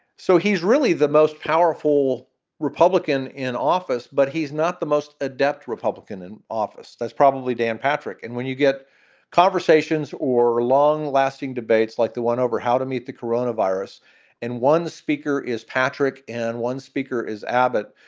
so he's really the most powerful republican in office. but he's not the most adept republican in office. that's probably dan patrick. and when you get conversations or long lasting debates like the one over how to meet the corona virus and one speaker is patrick and one speaker is abbot,